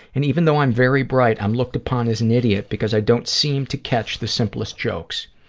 and even though i'm very bright, i'm looked upon as an idiot because i don't seem to catch the simplest jokes.